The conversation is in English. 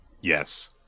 yes